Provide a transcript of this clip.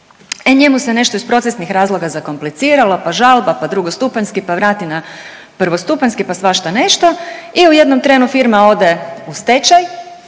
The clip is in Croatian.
e njemu se nešto iz procesnih razloga zakompliciralo, pa žalba, pa drugostupanjski, pa vrati na prvostupanjski, pa svašta nešto i u jednom trenu firma ode u stečaj